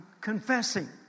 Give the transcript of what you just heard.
confessing